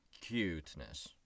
cuteness